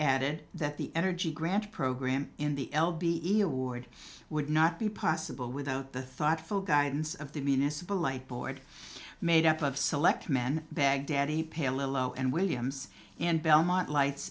added that the energy grant program in the l b e award would not be possible without the thoughtful guidance of the municipal light board made up of select men baghdadi pale a low and williams in belmont lights